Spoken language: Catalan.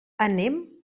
anem